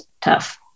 tough